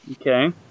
Okay